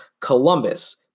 Columbus